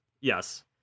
Yes